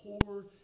poor